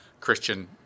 Christian